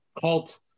cult